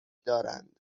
دارند